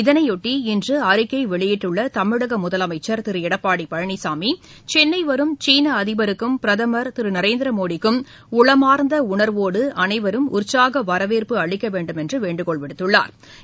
இதனையொட்டி இன்றுஅறிக்கைவெளியிட்டுள்ளதமிழகமுதலமைச்சர் திருளடப்பாடிபழனிசாமி சென்னைவரும் சீனஅதிபருக்கும் பிரதம் திருநரேந்திரமோடிக்கும் உளமார்ந்தஉணர்வோடுஅனைவரும் உற்சாகவரவேற்பு அளிக்கவேண்டுமென்றுவேண்டுகோள் விடுத்துள்ளாா்